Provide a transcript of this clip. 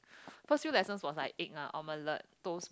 first few lessons was like egg lah omelette toast